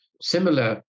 similar